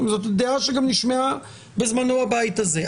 זאת הדעה שגם נשמעה בזמנו בבית הזה.